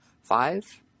five